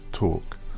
talk